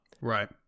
Right